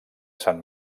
sant